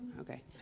Okay